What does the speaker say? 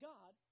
God